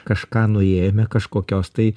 kažką nuėjome kažkokios tai